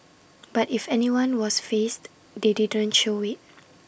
but if anyone was fazed they didn't show IT